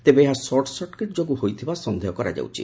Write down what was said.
ତେବେ ଏହା ସଟ୍ସର୍କିଟ ଯୋଗୁଁ ହୋଇଥିବା ସନ୍ଦେହ କରାଯାଉଛି